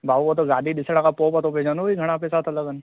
भाऊ उहो त गाॾी ॾिसण खां पोइ पतो पइजंदो कि घणा पैसा था लॻनि